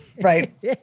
Right